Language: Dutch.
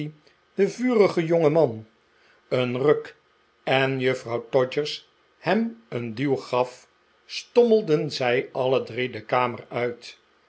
den vurigen jongeman een ruk en juffrouw todgers hem een duw gaf stommelden zij alle drie de kamer uit